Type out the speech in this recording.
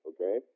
okay